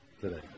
today